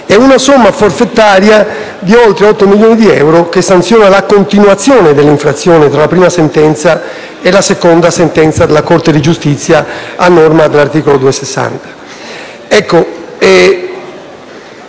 una somma forfettaria di oltre otto milioni di euro che sanziona la continuazione dell'infrazione tra la prima sentenza e la seconda della Corte di giustizia, a norma dell'articolo 260 del